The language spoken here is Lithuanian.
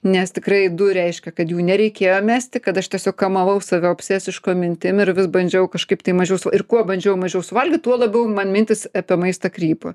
nes tikrai du reiškia kad jų nereikėjo mesti kad aš tiesiog kamavau save obsesiškom mintim ir vis bandžiau kažkaip tai mažiau svo ir kuo bandžiau mažiau suvalgyt tuo labiau man mintys apie maistą krypo